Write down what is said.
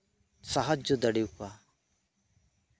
ᱟᱨᱮ ᱥᱟᱦᱟᱡᱡᱚ ᱫᱟᱲᱮ ᱟᱠᱚᱣᱟ